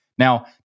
Now